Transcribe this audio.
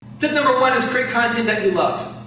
tip number one is create content that you love.